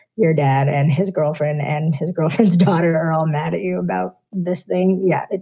your dad and his girlfriend and his girlfriend's daughter are all mad at you about this thing. yeah,